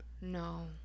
No